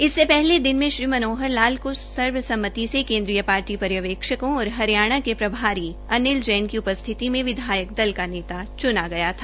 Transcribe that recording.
इससे पहले दिन में श्री मनोहर लाल को सर्वसम्मति से केन्द्रीय पार्टी पर्यवेक्षकों और हरियाणा के प्रभारी अनिल जैन की उपस्थिति में विधायक नेता चूना गया था